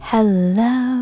Hello